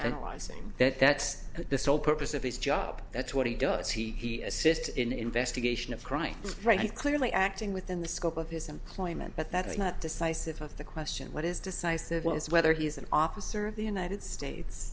analyzing that that's the sole purpose of his job that's what he does he assist in the investigation of crime right and clearly acting within the scope of his employment but that is not decisive of the question what is decisive one is whether he is an officer of the united states